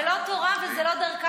זה לא תורה וזה לא דרכה של,